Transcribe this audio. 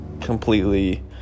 completely